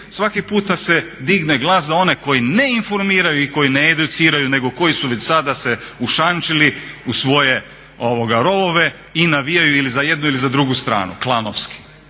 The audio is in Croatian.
svaki puta se digne glas za one koji neinformiranju i koji needuciraju nego koji su već sada se ušančili u svoje rovove i navijaju ili za jednu ili za drugu stranu klanovski